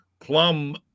Plum